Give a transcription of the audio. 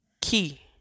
Key